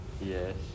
Yes